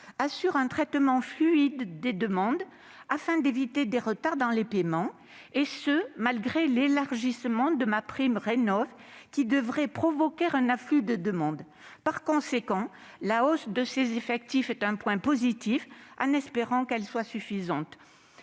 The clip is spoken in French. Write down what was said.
assure un traitement fluide des demandes afin d'éviter des retards dans les paiements, et ce malgré l'élargissement de MaPrimeRénov', qui devrait provoquer un afflux de demandes. La hausse des effectifs de l'Agence est donc un point positif, en espérant qu'elle soit suffisante.